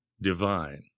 divine